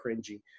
cringy